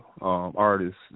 artists